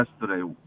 yesterday